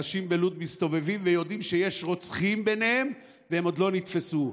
אנשים בלוד מסתובבים ויודעים שיש רוצחים ביניהם והם עוד לא נתפסו.